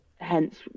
Hence